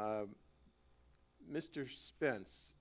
wanted mr spence